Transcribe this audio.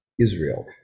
Israel